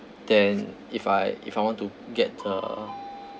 then if I if I want to get the